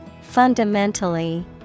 Fundamentally